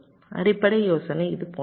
அடிப்படை யோசனை இது போன்றது